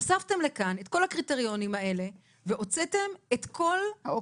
הוספתם לכאן את כל הקריטריונים האלה והוצאתם את כל הערך,